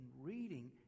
reading